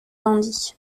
gandhi